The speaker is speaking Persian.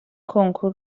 کنکور